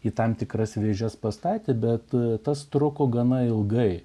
į tam tikras vėžes pastatė bet tas truko gana ilgai